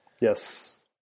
yes